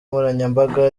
nkoranyambaga